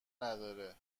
نداره